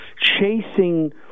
chasing